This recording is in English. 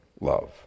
love